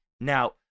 Now